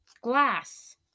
Glass